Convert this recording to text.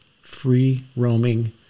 free-roaming